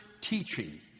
teaching